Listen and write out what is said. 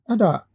Ada